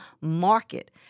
market